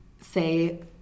say